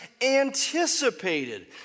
anticipated